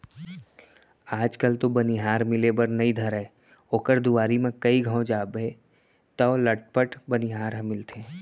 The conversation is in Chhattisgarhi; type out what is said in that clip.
आज कल तो बनिहार मिले बर नइ धरय ओकर दुवारी म कइ घौं जाबे तौ लटपट बनिहार ह मिलथे